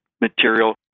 material